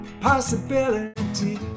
possibility